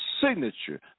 signature